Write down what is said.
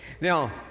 Now